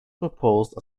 proposed